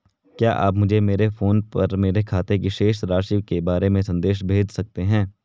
क्या आप मुझे मेरे फ़ोन पर मेरे खाते की शेष राशि के बारे में संदेश भेज सकते हैं?